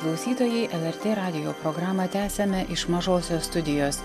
klausytojai lrt radijo programą tęsiame iš mažosios studijos